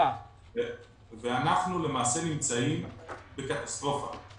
אנחנו למעשה נמצאים בקטסטרופה.